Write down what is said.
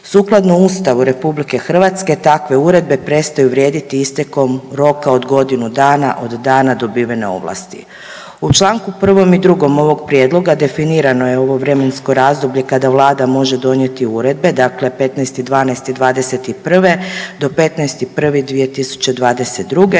Sukladno Ustavu RH takve uredbe prestaju vrijediti istekom roka od godinu dana od dana dobivene ovlasti. U Članku 1. i 2. ovog prijedloga definirano je ovo vremensko razdoblje kada Vlada može donijeti uredbe dakle 15.12.2021. do 15.1.2022.